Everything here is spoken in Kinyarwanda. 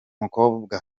mukobwa